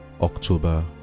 October